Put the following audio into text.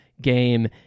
game